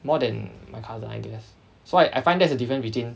more than my cousin I guess so I I find that's a difference between